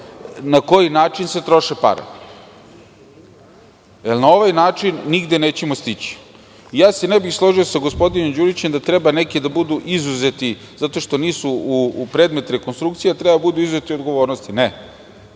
na koji način se troše pare, jer na ovaj način nigde nećemo stići i ne bih se složio sa gospodinom Đurićem da treba neki da budu izuzeti, zato što nisu predmet rekonstrukcije, da treba da budu izuzeti od odgovornosti. Ne.